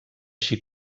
així